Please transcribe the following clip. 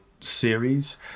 series